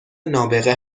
نابغه